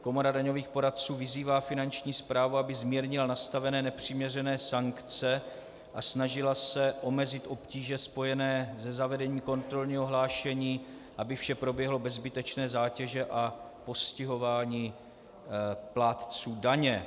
Komora daňových poradců vyzývá Finanční správu, aby zmírnila nastavené nepřiměřené sankce a snažila se omezit obtíže spojené se zavedením kontrolního hlášení, aby vše proběhalo bez zbytečné zátěže a postihování plátců daně.